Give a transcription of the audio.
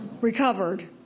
Recovered